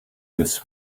this